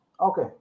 Okay